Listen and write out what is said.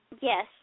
Yes